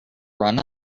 run